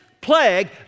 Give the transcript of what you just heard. plague